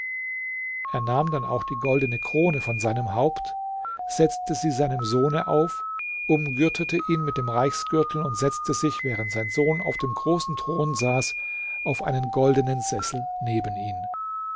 er nahm dann auch die goldene krone von seinem haupt setzte sie seinem sohne auf umgürtete ihn mit dem reichsgürtel und setzte sich während sein sohn auf dem großen thron saß auf einen goldenen sessel neben ihn